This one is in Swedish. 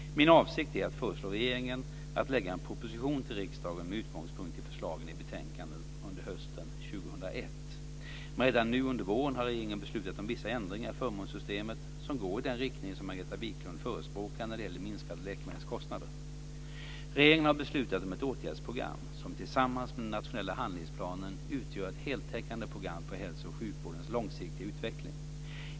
Min avsikt är att föreslå regeringen att lägga fram en proposition till riksdagen med utgångspunkt i förslagen i betänkandet under hösten 2001. Men redan nu under våren har regeringen beslutat om vissa ändringar i förmånssystemet som går i den riktning som Margareta Viklund förespråkar när det gäller att minska läkemedelskostnader. Regeringen har beslutat om ett åtgärdsprogram som tillsammans med den nationella handlingsplanen utgör ett heltäckande program för hälso och sjukvårdens långsiktiga utveckling.